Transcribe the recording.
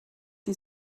die